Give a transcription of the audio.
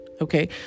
Okay